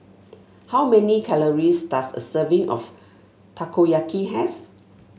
how many calories does a serving of Takoyaki have